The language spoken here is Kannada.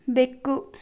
ಬೆಕ್ಕು